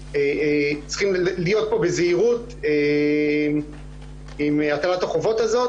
צריכים להיות פה בזהירות עם הטלת החובות הזאת.